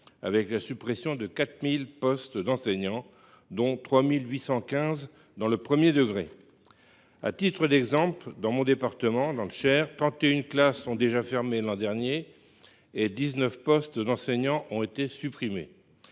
par la suppression de 4 000 postes d’enseignant, dont 3 815 dans le premier degré. À titre d’exemple, dans le département dont je suis élu, le Cher, 31 classes ont déjà fermé l’an dernier et 19 postes d’enseignant ont été supprimés.